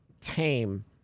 tame